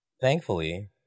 Thankfully